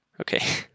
Okay